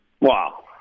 Wow